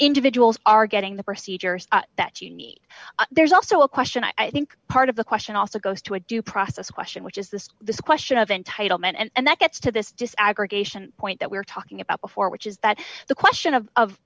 individuals are getting the procedures that you need there's also a question i think part of the question also goes to a due process question which is this this question of entitlement and that gets to this desegregation point that we're talking about before which is that the question of of